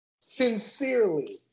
sincerely